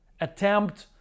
attempt